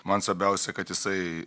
man svarbiausia kad jisai